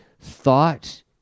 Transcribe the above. thought